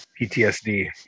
ptsd